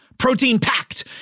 protein-packed